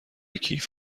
کیف